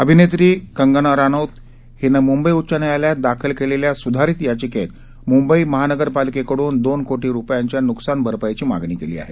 अभिनेत्री कंगना रानौत हिनं मुंबई उच्च न्यायालयात दाखल केलेल्या सुधारित याचिकेत मुंबई महानगरपालिकेकडून दोन कोटी रुपयांच्या नुकसान भरपाईची मागणी केली आहे